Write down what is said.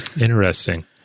interesting